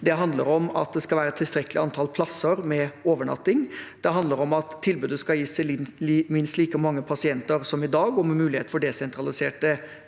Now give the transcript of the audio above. det handler om at det skal være tilstrekkelig antall plasser med overnatting, det handler om at tilbudet skal gis til minst like mange pasienter som i dag og med mulighet for desentraliserte